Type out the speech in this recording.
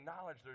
knowledge